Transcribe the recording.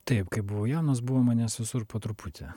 taip kaip buvau jaunas buvo manęs visur po truputį